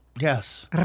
Yes